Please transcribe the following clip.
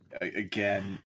Again